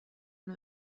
und